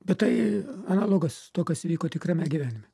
bet tai analogas to kas įvyko tikrame gyvenime